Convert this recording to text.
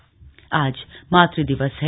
मात्र दिवस आज मातृ दिवस है